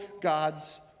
God's